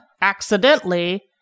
accidentally